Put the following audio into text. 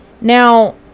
Now